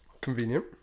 convenient